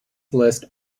list